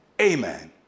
amen